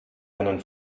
einen